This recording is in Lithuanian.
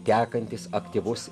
tekantis aktyvus